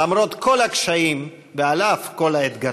למרות כל הקשיים ועל אף כל האתגרים.